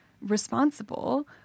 responsible